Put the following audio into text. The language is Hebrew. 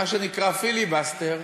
מה שנקרא פיליבסטר,